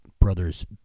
Brothers